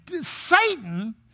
Satan